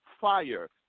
fire